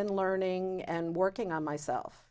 and learning and working on myself